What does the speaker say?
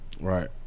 right